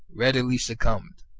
readily succumbed.